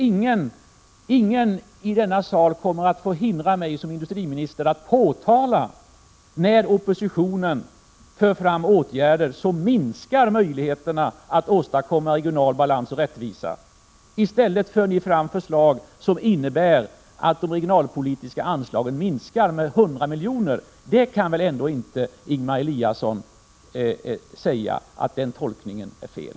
Ingen i denna sal kommer att få hindra mig som industriminister att påtala när oppositionen föreslår åtgärder som minskar möjligheterna att åstadkomma regional balans och rättvisa. I stället för ni fram förslag som innebär att de regionalpolitiska anslagen minskar med 100 miljoner. Ingemar Eliasson kan väl inte säga att denna tolkning är fel.